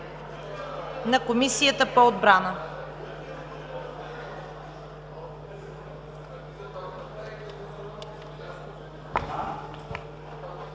на Комисията по отбрана.